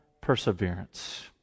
perseverance